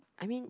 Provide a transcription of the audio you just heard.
I mean